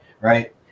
right